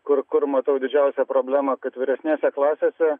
kur kur matau didžiausią problemą kad vyresnėse klasėse